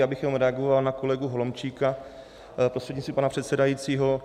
Jenom bych reagoval na kolegu Holomčíka prostřednictvím pana předsedajícího.